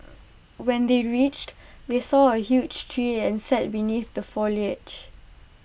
when they reached they saw A huge tree and sat beneath the foliage